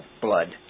Blood